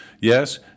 Yes